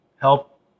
help